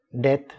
death